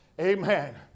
Amen